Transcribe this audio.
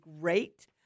great